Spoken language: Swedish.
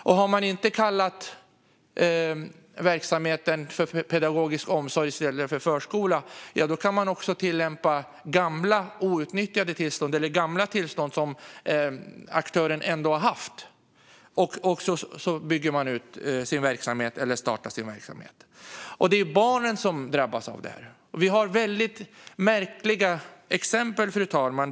Om man inte kallar verksamheten för pedagogisk omsorg i stället för förskola kan man också tillämpa gamla tillstånd som aktören har haft och kan då bygga ut eller starta sin verksamhet. Det är barnen som drabbas av det här. Vi har väldigt märkliga exempel, fru talman.